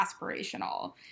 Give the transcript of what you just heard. aspirational